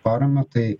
paramą tai